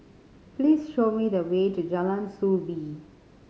please show me the way to Jalan Soo Bee